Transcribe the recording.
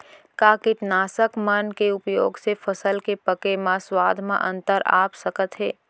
का कीटनाशक मन के उपयोग से फसल के पके म स्वाद म अंतर आप सकत हे?